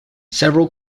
several